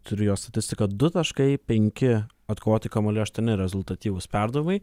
turiu jo statistika du taškai penki atkovoti kamuoliai aštuoni rezultatyvūs perdavimai